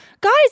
Guys